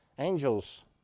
Angels